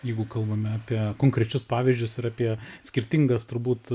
jeigu kalbame apie konkrečius pavyzdžius ir apie skirtingas turbūt